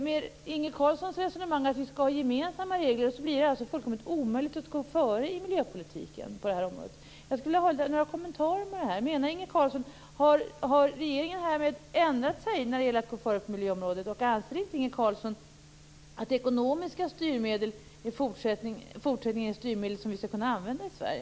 Med Inge Carlssons resonemang, att vi skall ha gemensamma regler, blir det fullkomligt omöjligt att gå före i miljöpolitiken på det här området. Jag skulle vilja ha några kommentarer om detta. Menar Inge Carlsson att regeringen härmed har ändrat sig när det gäller att gå före på miljöområdet? Anser inte Inge Carlsson att ekonomiska styrmedel i fortsättningen är styrmedel som vi skall kunna använda i Sverige?